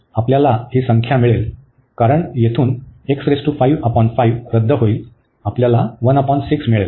आपल्याला ही संख्या मिळेल कारण येथून रद्द होईल आपल्याला मिळेल